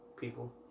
people